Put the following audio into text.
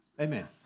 Amen